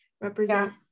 represent